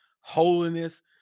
holiness